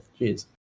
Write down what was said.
Jeez